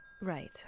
Right